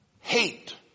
hate